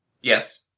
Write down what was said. Yes